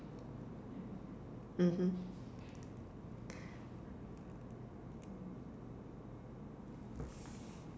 mmhmm